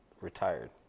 retired